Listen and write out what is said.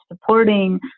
supporting